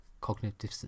cognitive